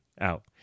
out